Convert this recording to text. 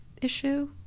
issue